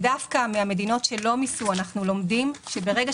דווקא מן המדינות שלא מיסו אנחנו לומדים שברגע